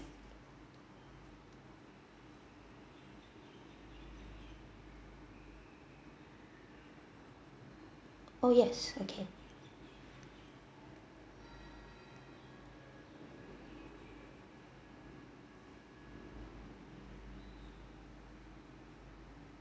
oh yes okay